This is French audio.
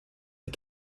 des